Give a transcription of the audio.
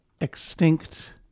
extinct